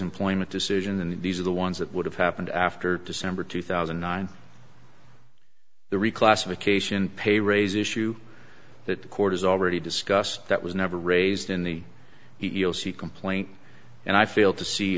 employment decision these are the ones that would have happened after december two thousand and nine the reclassification pay raise issue that the court has already discussed that was never raised in the he'll see complaint and i fail to see